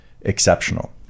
exceptional